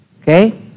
Okay